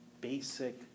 basic